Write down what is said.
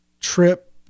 trip